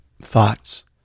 thoughts